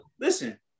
listen